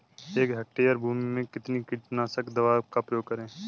एक हेक्टेयर भूमि में कितनी कीटनाशक दवा का प्रयोग करें?